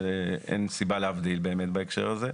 שאין סיבה להבדיל באמת בהקשר הזה,